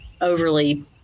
overly